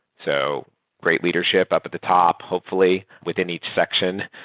so great leadership up at the top hopefully within each section.